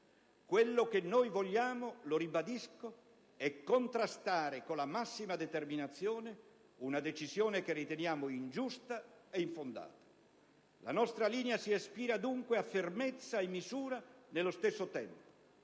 Quello che noi vogliamo, lo ribadisco, è contrastare, con la massima determinazione, una decisione che riteniamo ingiusta e infondata. La nostra linea s'ispira, dunque, a fermezza e misura allo stesso tempo.